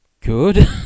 good